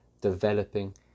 developing